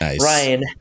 ryan